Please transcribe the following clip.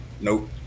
Nope